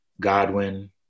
Godwin